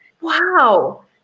wow